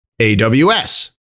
AWS